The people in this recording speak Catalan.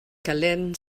calent